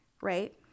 Right